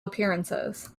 appearances